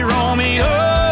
Romeo